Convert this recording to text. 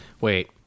Wait